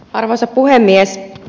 arvoisa puhemies